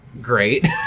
great